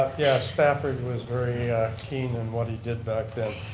yes, stafford was very keen in what he did back then.